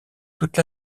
toute